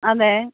അതെ